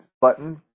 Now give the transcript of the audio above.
button